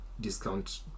discount